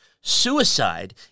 Suicide